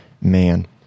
man